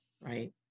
right